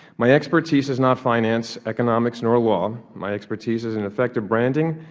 my expertise is not finance, economics and or law. my expertise is in effective branding,